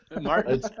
Martin